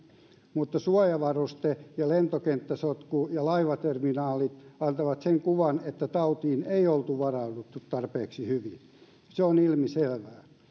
mutta suojavaruste lentokenttä ja laivaterminaalisotkut antavat sen kuvan että tautiin ei oltu varauduttu tarpeeksi hyvin se on ilmiselvää